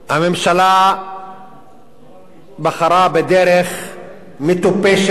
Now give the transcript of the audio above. הממשלה בחרה בדרך מטופשת,